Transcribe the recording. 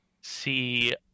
see